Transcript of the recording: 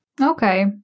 Okay